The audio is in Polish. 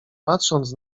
patrząc